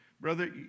brother